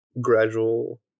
gradual